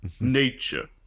Nature